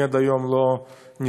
עד היום לא נתקלתי,